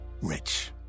rich